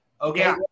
Okay